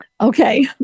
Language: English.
Okay